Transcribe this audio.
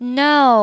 no